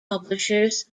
publishers